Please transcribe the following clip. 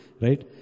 Right